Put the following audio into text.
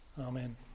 Amen